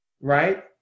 right